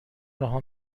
رها